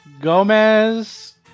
Gomez